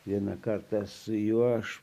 vieną kartą su juo aš